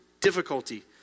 difficulty